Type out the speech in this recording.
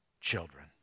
children